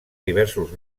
diversos